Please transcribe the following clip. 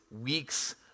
weeks